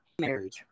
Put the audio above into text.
marriage